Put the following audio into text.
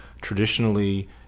traditionally